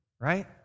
right